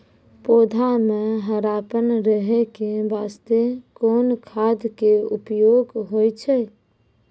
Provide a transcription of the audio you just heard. पौधा म हरापन रहै के बास्ते कोन खाद के उपयोग होय छै?